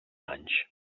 anys